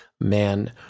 man